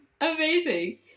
Amazing